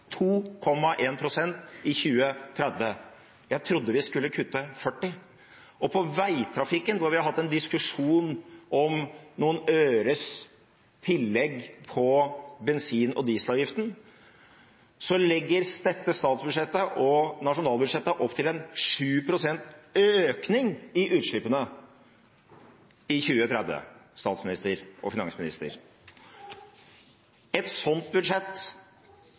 i 2030. Jeg trodde vi skulle kutte 40 pst. Og når det gjelder veitrafikken, hvor vi har hatt en diskusjon om noen øres tillegg på bensin- og dieselavgiften, legger dette statsbudsjettet og nasjonalbudsjettet opp til 7 pst. økning i utslippene i 2030, statsminister og finansminister. Et sånt budsjett